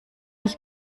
ich